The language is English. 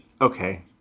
okay